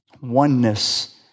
oneness